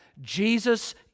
Jesus